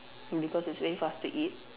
because it's very fast to eat